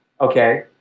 Okay